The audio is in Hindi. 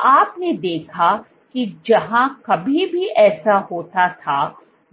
तो आपने देखा कि जहाँ कहीं भी ऐसा होता था